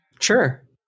Sure